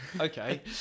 okay